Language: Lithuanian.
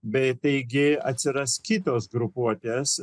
bei taigi atsiras kitos grupuotės